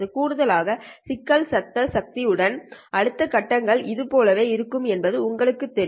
கூடுதலாக சிக்னல் சத்தம் சக்தி உடன் அடுத்த கட்டங்கள் இது போலவே இருக்கும் என்பது உங்களுக்குத் தெரியும்